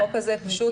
החוק הזה פשוט,